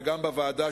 וגם בוועדה,